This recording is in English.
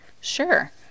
Sure